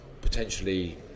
potentially